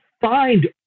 find